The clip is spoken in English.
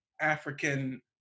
African